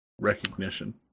Recognition